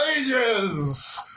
ages